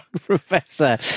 professor